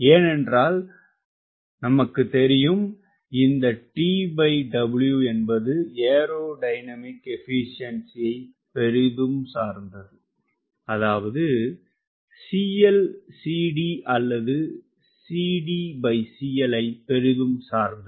ஏனென்றால் உமக்கு தெரியும் இந்த TW என்பது ஏரோடைனமிக் எபிசியென்சியை பெரிதும் சார்ந்தது அதாவது cLcD அல்லது cDcL ஐ பெரிதும் சார்ந்தது